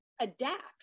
adapt